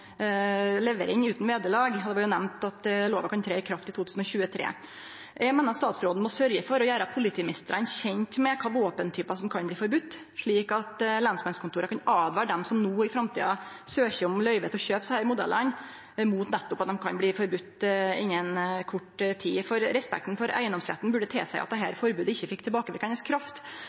utan vederlag. Det vart nemnt at lova kan tre i kraft i 2023. Eg meiner statsråden må sørgje for å gjere politimeistrane kjende med kva våpentypar som kan bli forbode, slik at lensmannskontora kan åtvare dei som i framtida søkjer om løyve til å kjøpe desse modellane, mot at dei kan bli forbode innan kort tid. Respekten for eigedomsretten burde tilseie at dette forbodet ikkje fekk tilbakeverkande kraft.